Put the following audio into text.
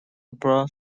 born